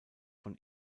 von